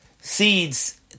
seeds